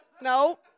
no